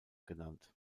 genannt